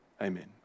amen